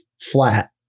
flat